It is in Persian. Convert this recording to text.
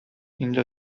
اینجا